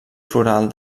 floral